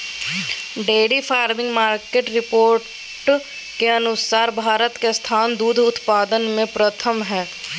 dairy farming market report के अनुसार भारत के स्थान दूध उत्पादन में प्रथम हय